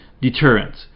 deterrence